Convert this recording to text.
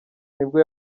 nibwo